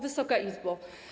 Wysoka Izbo!